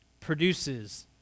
produces